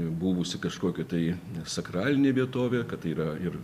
buvusi kažkokia tai sakralinė vietovė kad tai yra ir